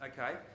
Okay